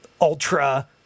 ultra